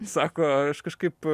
sako aš kažkaip